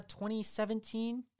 2017